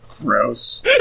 Gross